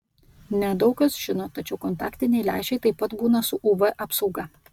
ne daug kas žino tačiau kontaktiniai lęšiai taip pat būna su uv apsauga